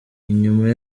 inyuma